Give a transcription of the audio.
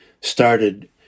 started